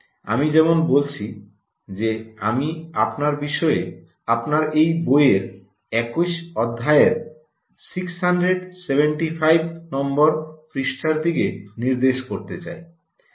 আমি যেমন বলেছি যে আমি আপনাকে এই বইয়ের 21 অধ্যায়ের 675 নং পৃষ্ঠার দিকে নির্দেশ করতে চাই